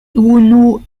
unu